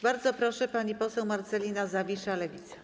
Bardzo proszę, pani poseł Marcelina Zawisza, Lewica.